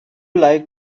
like